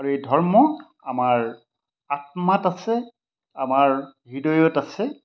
আৰু এই ধৰ্ম আমাৰ আত্মাত আছে আমাৰ হৃদয়ত আছে